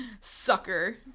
Sucker